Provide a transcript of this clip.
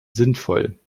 sinnvoll